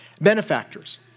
benefactors